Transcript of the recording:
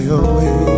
away